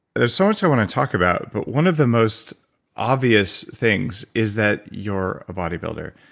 there's so much i want to talk about but one of the most obvious things is that you're a body builder,